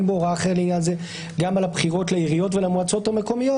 בו הוראה אחרת לעניין זה גם על הבחירות לעיריות ולמועצות המקומיות.